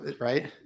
right